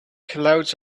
clouds